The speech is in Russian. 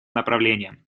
направлениям